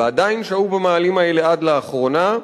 ועדיין שהו במאהלים האלה עד לאחרונה,